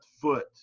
foot